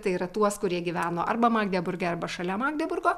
tai yra tuos kurie gyveno arba magdeburge arba šalia magdeburgo